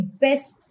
best